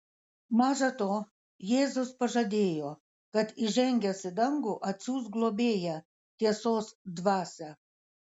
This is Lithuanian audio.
maža to jėzus pažadėjo kad įžengęs į dangų atsiųs globėją tiesos dvasią